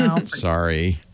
Sorry